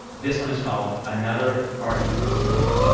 this one is called another farting story.